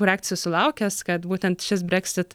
reakcijų sulaukęs kad būtent šis brexit